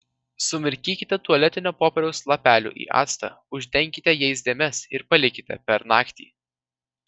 sumirkykite tualetinio popieriaus lapelių į actą uždenkite jais dėmes ir palikite per naktį